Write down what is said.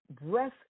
breath